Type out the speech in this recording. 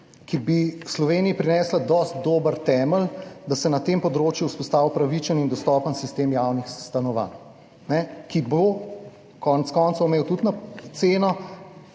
ki bi Sloveniji prinesla dosti dober temelj, da se na tem področju vzpostavi pravičen in dostopen sistem javnih stanovanj, ki bo konec koncev imel tudi na, ceno